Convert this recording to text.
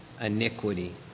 iniquity